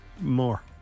More